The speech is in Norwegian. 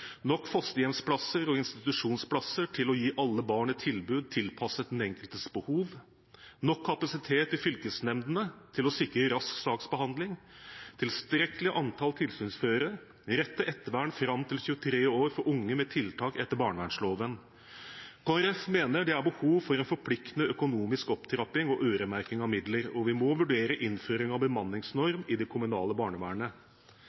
nok fosterhjemsplasser og institusjonsplasser til å gi alle barn et tilbud tilpasset den enkeltes behov, nok kapasitet i fylkesnemndene til å sikre rask saksbehandling, tilstrekkelig antall tilsynsførere, rett til ettervern fram til 23 år for unge på tiltak etter barnevernloven. Kristelig Folkeparti mener det er behov for en forpliktende økonomisk opptrapping og øremerking av midler, og vi må vurdere innføring av bemanningsnorm i det kommunale barnevernet. Det er store mangler og utfordringer i barnevernet,